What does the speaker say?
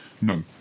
No